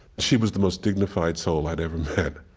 she was the most dignified soul i'd ever met.